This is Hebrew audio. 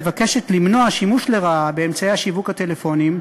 מבקשת למנוע שימוש לרעה באמצעי השיווק הטלפוניים